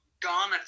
gone